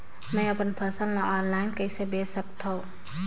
मैं अपन फसल ल ऑनलाइन कइसे बेच सकथव?